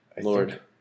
Lord